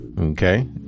Okay